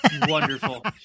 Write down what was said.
Wonderful